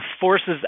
forces